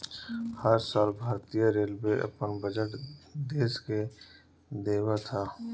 हर साल भारतीय रेलवे अपन बजट देस के देवत हअ